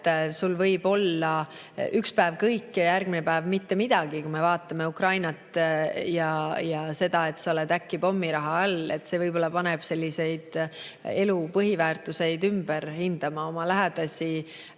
Sul võib olla üks päev kõik ja järgmine päev mitte midagi, kui me vaatame Ukrainat ja seda, et sa oled äkki pommirahe all. See võib-olla paneb elu põhiväärtusi ümber hindama, oma lähedasi,